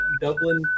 Dublin